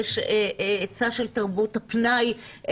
היצע של תרבות הפנאי,